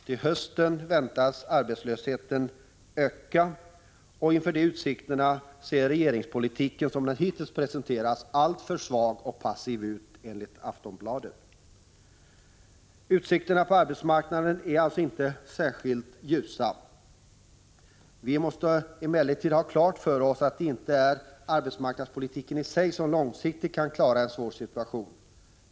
Till hösten väntas arbetslösheten öka, och inför de utsikterna ser regeringspolitiken, som den hittills presenterats, alltför svag och passiv ut, enligt Aftonbladet. Utsikterna på arbetsmarknaden är alltså inte särskilt ljusa. Vi måste emellertid ha klart för oss att det inte är arbetsmarknadspolitiken i sig som långsiktigt kan klara en svår situation.